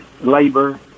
labor